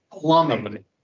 plumbing